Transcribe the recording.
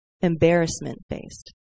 Embarrassment-based